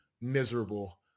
miserable